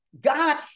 God